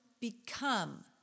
become